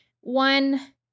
one